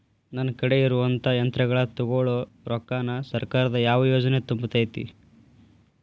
ನನ್ ಕಡೆ ಇರುವಂಥಾ ಯಂತ್ರಗಳ ತೊಗೊಳು ರೊಕ್ಕಾನ್ ಸರ್ಕಾರದ ಯಾವ ಯೋಜನೆ ತುಂಬತೈತಿ?